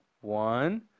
One